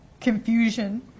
confusion